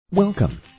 Welcome